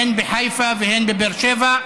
הן בחיפה והן בבאר שבע.